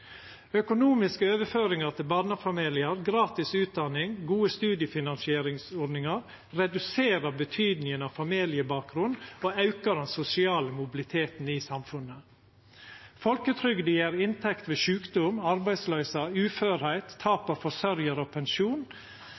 Økonomiske overføringar til barnefamiliar, gratis utdanning og gode studiefinansieringsordningar reduserer betydinga av familiebakgrunn og aukar den sosiale mobiliteten i samfunnet. Folketrygda gjev inntekt ved sjukdom, arbeidsløyse, uførheit, tap av forsørgjar og pensjon.